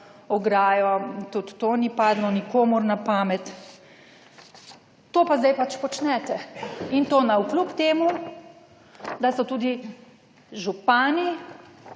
ograjo. Tudi to ni padlo nikomur na pamet. To pa sedaj pač počnete in to navkljub temu, da so tudi župani